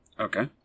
Okay